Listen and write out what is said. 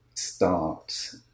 start